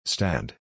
Stand